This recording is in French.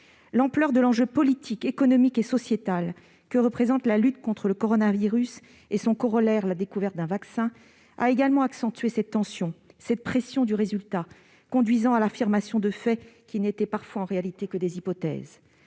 L'ampleur de l'enjeu politique, économique et sociétal que représentent la lutte contre le coronavirus et son corollaire- la découverte d'un vaccin -a également accentué cette tension, cette pression du résultat conduisant à l'affirmation de faits qui n'étaient parfois, en réalité, que des hypothèses.